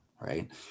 right